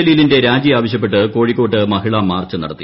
ജലീലിന്റെ രാജിയാവശ്യപ്പെട്ട് കോഴിക്കോട്ട് മഹിളാമാർച്ച് നടത്തി